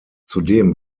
zudem